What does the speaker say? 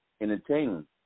entertaining